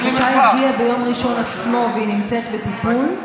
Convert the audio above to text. הבקשה הגיעה ביום ראשון עצמו והיא נמצאת בטיפול.